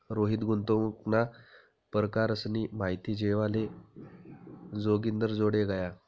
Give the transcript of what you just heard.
रोहित गुंतवणूकना परकारसनी माहिती लेवाले जोगिंदरजोडे गया